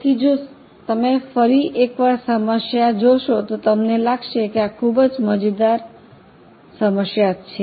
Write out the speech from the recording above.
તેથી જો તમે ફરી એકવાર સમસ્યા જોશો તો તમને લાગશે કે આ ખૂબ જ મજેદાર સમસ્યા છે